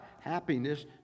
Happiness